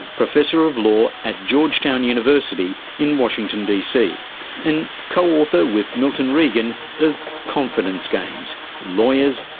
professor of law at georgetown university in washington dc and co-author with milton regan of confidence games lawyers,